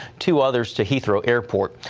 two others to heathrow airport.